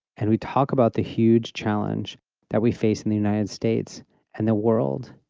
and we talk about the huge challenge that we face in the united states and the world.